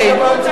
אוקיי.